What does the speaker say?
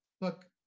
Look